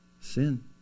sin